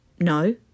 No